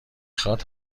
خواد